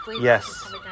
Yes